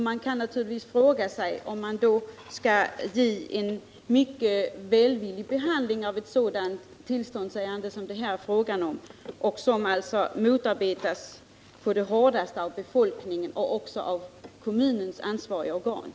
Man kan naturligtvis då fråga sig om det är rimligt att ge ett sådant här tillståndsärende en välvillig behandling, särskilt då både befolkningen och kommunens ansvariga organ motsätter sig den tänkta placeringen av detta lager.